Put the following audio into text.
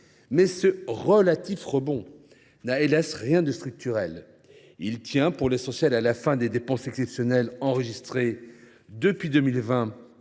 ce relatif « rebond » n’a, hélas ! rien de structurel : il tient, pour l’essentiel, à la fin des dépenses exceptionnelles enregistrées depuis 2020